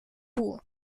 pool